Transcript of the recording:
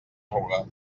ruga